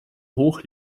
hoch